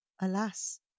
Alas